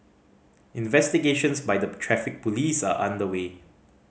investigations by the Traffic Police are underway